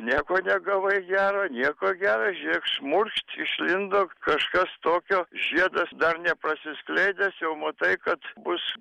nieko negavai gero nieko gera žiūrėk šmurkšt išlindo kažkas tokio žiedas dar neprasiskleidęs jau matai kad bus